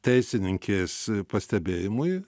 teisininkės pastebėjimui